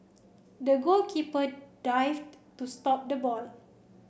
the goalkeeper dived to stop the ball